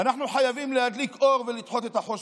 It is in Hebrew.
אנחנו חייבים להדליק אור ולדחות את החושך.